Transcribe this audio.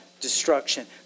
destruction